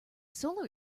solar